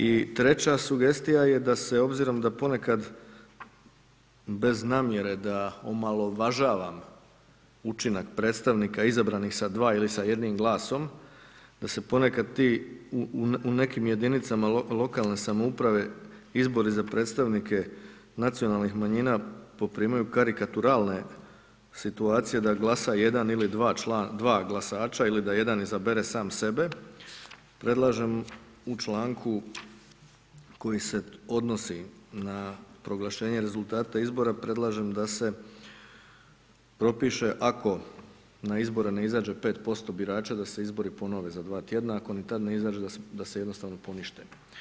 I treća sugestija je da se obzirom, da ponekad bez namjere da omalovažavam učinak predstavnika izabranih sa dva ili sa jednim glasom, da se ponekad ti u nekim jedinicama lokalne samouprave, izbori za predstavnike nacionalnih manjina poprimaju karikaturalne situacije da glasa jedan ili dva člana, dva glasača, ili da jedan izabere sam sebe, predlažem u članku koji se odnosi na proglašenje rezultata izbora, predlažem da se propiše ako na izbore ne izađe 5% birača, da se izbori ponove za dva tjedna, ako ni tad ne izađu, da se jednostavno ponište.